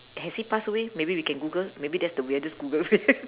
has he passed away maybe we can google maybe that's the weirdest google